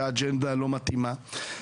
שהאג'נדה לא מתאימה להם.